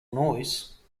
noise